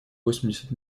восемьдесят